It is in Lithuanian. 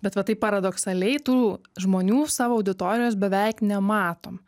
bet va taip paradoksaliai tų žmonių savo auditorijos beveik nematom